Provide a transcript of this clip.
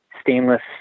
stainless